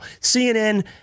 CNN